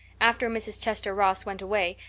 after mrs. chester ross went away,